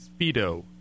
Speedo